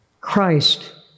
Christ